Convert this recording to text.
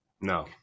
No